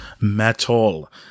Metal